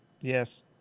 Yes